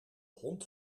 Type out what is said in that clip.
hond